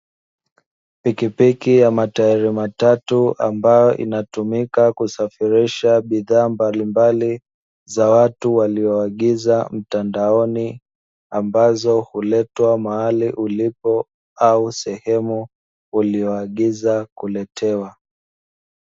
Pikipiki ya matairi matatu ambayo inatumika kusafirisha bidhaa mbalimbali za watu walioagiza mtandaoni, ambazo huletwa mahali ulipo au sehemu uliyoagiza kuletewa.